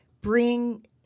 bring